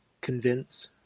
convince